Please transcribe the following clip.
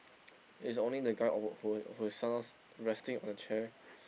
it's only the guy or who is who is sometimes resting on the chair